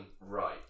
right